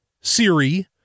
Siri